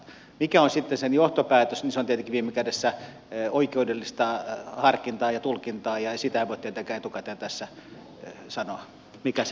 mikä on sitten johtopäätös niin se on tietenkin viime kädessä oikeudellista harkintaa ja tulkintaa ja sitä ei voi tietenkään etukäteen tässä sanoa mikä se on